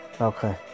Okay